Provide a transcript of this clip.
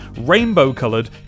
rainbow-coloured